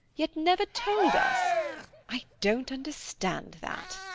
yet never told us i don't understand that.